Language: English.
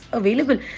available